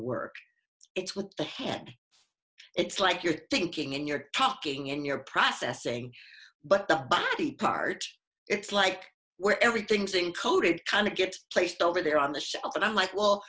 work it's with the head it's like you're thinking and you're talking in your processing but the body part it's like where everything's in code it kind of gets placed over there on the shelf and i'm like well